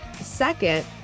Second